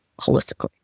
holistically